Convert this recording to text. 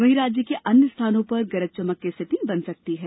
वहीं राज्य के अन्य स्थानों पर गरज चमक की स्थति बन सकती है